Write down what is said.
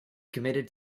committed